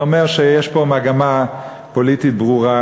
זה אומר שיש פה מגמה פוליטית ברורה,